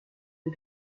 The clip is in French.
les